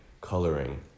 coloring